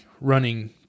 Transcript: running